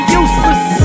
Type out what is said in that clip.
useless